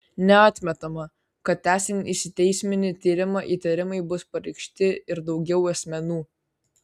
neatmetama kad tęsiant ikiteisminį tyrimą įtarimai bus pareikšti ir daugiau asmenų